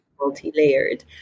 multi-layered